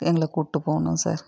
எங்களை கூப்பிட்டு போகணும் சார்